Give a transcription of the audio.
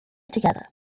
together